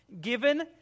Given